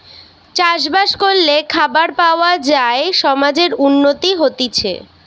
চাষ বাস করলে খাবার পাওয়া যায় সমাজের উন্নতি হতিছে